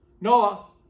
Noah